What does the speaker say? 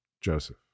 Joseph